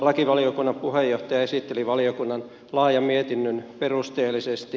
lakivaliokunnan puheenjohtaja esitteli valiokunnan laajan mietinnön perusteellisesti